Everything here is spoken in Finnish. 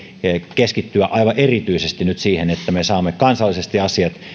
keskittyä aivan erityisesti siihen että me saamme kansallisesti asiat